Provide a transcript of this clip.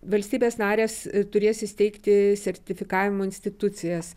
valstybės narės turės įsteigti sertifikavimo institucijas